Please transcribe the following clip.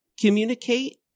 communicate